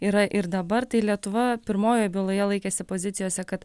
yra ir dabar tai lietuva pirmojoje byloje laikėsi pozicijos kad